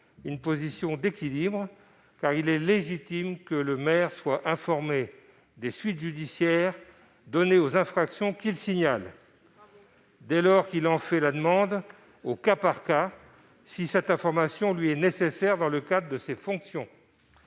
une position d'équilibre : il est légitime que le maire soit informé des suites judiciaires données aux infractions qu'il signale, dès lors qu'il en fait la demande au cas par cas et que cette information lui est nécessaire dans le cadre de ses fonctions.